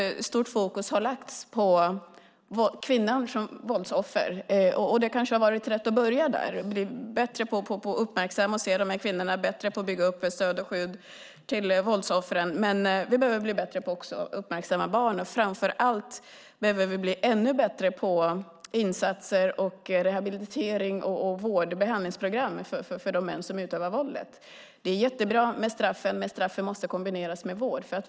Stort fokus har lagts på kvinnan som våldsoffer. Det har kanske varit rätt att börja där och bli bättre på att uppmärksamma och se de här kvinnorna och bättre på att bygga upp stöd och skydd till våldsoffren, men vi behöver också bli bättre på att uppmärksamma barnen. Och framför allt behöver vi bli ännu bättre på insatser, rehabilitering, vård och behandlingsprogram för de män som utöver våldet. Det är jättebra med straff, men straffen måste kombineras med vård.